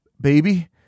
baby